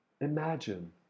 Imagine